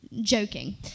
joking